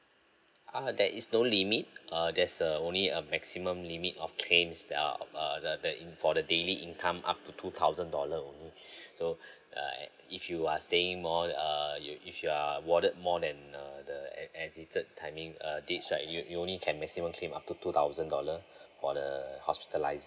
uh there is no limit err there's a only a maximum limit of claims that err err the the in~ for the daily income up to two thousand dollar only so uh if you are staying more uh if you are warded more than uh the ex~ exceeded timing err dates right you only can maximum claim up to two thousand dollar for the hospitalised